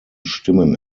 stimmen